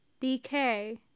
DK